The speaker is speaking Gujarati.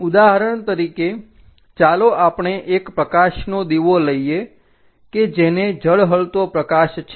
ઉદાહરણ તરીકે ચાલો આપણે એક પ્રકાશનો દીવો લઈએ કે જેને ઝળહળતો પ્રકાશ છે